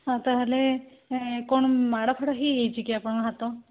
ଆଉ ତା'ହେଲେ କ'ଣ ମାଡ଼ ଫାଡ଼ ହେଇଯାଇଛି କି ଆପଣଙ୍କ ହାତ